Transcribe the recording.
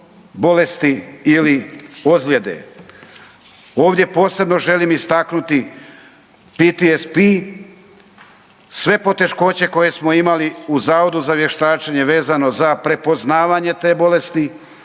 bolesti ili ozljede. Ovdje posebno želim istaknuti PTSP, sve poteškoće koje smo imali u Zavodu za vještačenje vezano za prepoznavanje te bolesti,